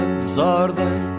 desordem